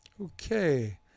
Okay